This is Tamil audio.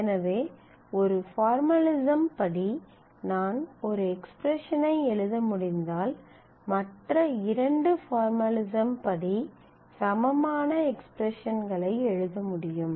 எனவே ஒரு பார்மலிசம்படி நான் ஒரு எக்ஸ்பிரஸன் ஐ எழுத முடிந்தால் மற்ற இரண்டு பார்மலிசம்படி சமமான எக்ஸ்பிரஸன்களை எழுத முடியும்